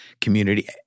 community